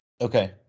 Okay